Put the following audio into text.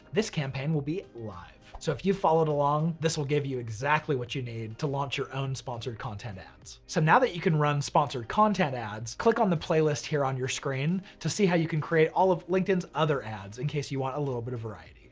this campaign will be live. so if you've followed along, this will give you exactly what you need to launch your own sponsored content ads. so now that you can run sponsored content ads, click on the playlist here on your screen to see how you can create all of linkedin's other ads, in case you want a little bit of variety.